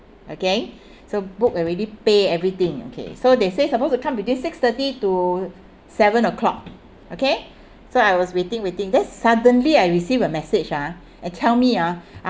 okay so booked already pay everything okay so they say suppose to come between six thirty to seven O clock okay so I was waiting waiting then suddenly I receive a message ah and tell me ah